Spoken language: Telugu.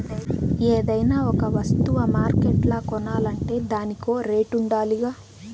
ఏదైనా ఒక వస్తువ మార్కెట్ల కొనాలంటే దానికో రేటుండాలిగా